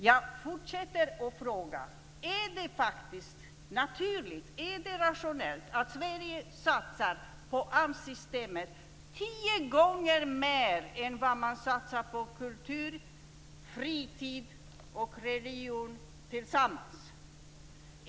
Jag fortsätter att fråga: Är det naturligt, är det rationellt att Sverige satsar tio gånger mer på AMS systemet än vad man satsar på kultur, fritid och religion tillsammans?